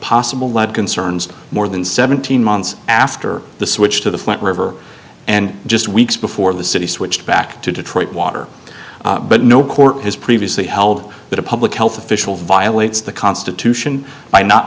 possible lead concerns more than seventeen months after the switch to the river and just weeks before the city switched back to detroit water but no court has previously held that a public health official violates the constitution by not